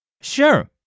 Sure